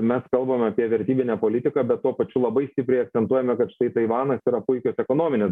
mes kalbame apie vertybinę politiką bet tuo pačiu labai stipriai akcentuojame kad štai taivanas yra puikios ekonominės